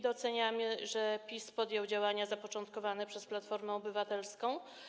Doceniamy, że PiS podjął działania zapoczątkowane przez Platformę Obywatelską.